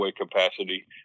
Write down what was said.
capacity